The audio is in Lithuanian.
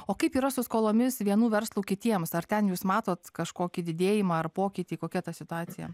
o kaip yra su skolomis vienų verslų kitiems ar ten jūs matote kažkokį didėjimą ar pokytį kokia ta situacija